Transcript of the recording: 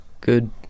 Good